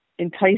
entice